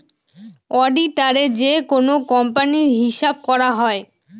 অডিটারে যেকোনো কোম্পানির হিসাব করা হয়